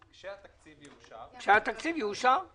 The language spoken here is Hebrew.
כשהתקציב יאושר -- כשהתקציב יאושר.